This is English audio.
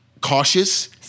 cautious